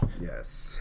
Yes